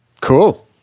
Cool